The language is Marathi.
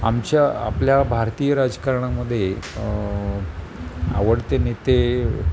आमच्या आपल्या भारतीय राजकारणामध्ये आवडते नेते